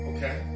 Okay